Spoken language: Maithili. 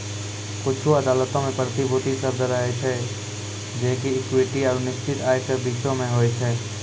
कुछु अदालतो मे प्रतिभूति शब्द रहै छै जे कि इक्विटी आरु निश्चित आय के बीचो मे होय छै